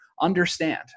understand